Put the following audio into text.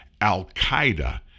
Al-Qaeda